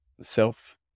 self